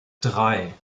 drei